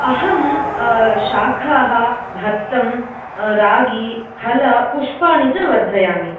अहं शाकाः भत्तंरागीफलपुष्पाणि च वर्धयामि